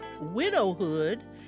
widowhood